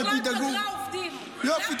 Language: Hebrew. אבל תדאגו --- אני אבוא.